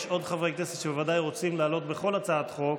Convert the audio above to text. יש עוד חברי כנסת שבוודאי רוצים לעלות בכל הצעת חוק,